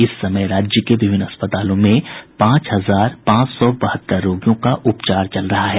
इस समय राज्य के विभिन्न अस्पतालों में पांच हजार पांच सौ बहत्तर रोगियों का उपचार चल रहा है